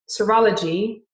serology